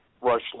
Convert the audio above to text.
Rush